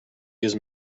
gives